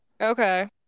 Okay